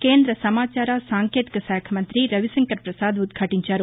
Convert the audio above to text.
కేంద్ర సమాచార సాంకేతిక శాఖ మంత్రి రవిశంకర ప్రసాద్ ఉద్యాటించారు